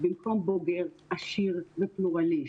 במקום בוגר עשיר ופלורליסט.